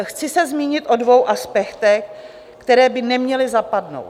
Chci se zmínit o dvou aspektech, které by neměly zapadnout.